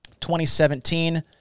2017